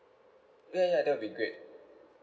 yeah yeah that would be great